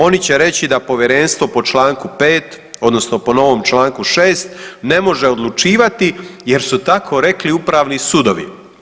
Oni će reći da povjerenstvo po čl. 5. odnosno po novom čl. 6. ne može odlučivati jer su tako rekli upravni sudovi.